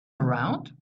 around